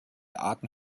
arten